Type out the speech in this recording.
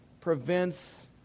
prevents